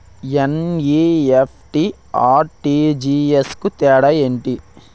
NEFT, RTGS కు తేడా ఏంటి?